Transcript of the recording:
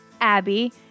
Abby